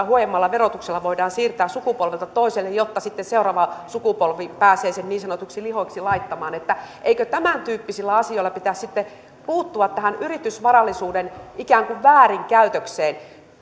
huojemmalla verotuksella siirtää sukupolvelta toiselle jotta sitten seuraava sukupolvi pääsee sen niin sanotusti lihoiksi laittamaan eikö tämäntyyppisillä asioilla pitäisi sitten puuttua tähän yritysvarallisuuden ikään kuin väärinkäytökseen